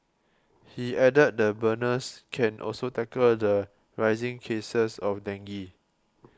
he added the burners can also tackle the rising cases of dengue